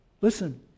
Listen